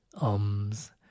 ums